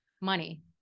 money